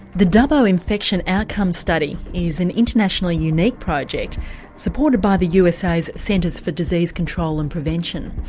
the dubbo infection outcomes study is an internationally unique project supported by the usa's centres for disease control and prevention.